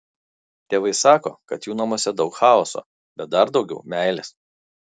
tėvai sako kad jų namuose daug chaoso bet dar daugiau meilės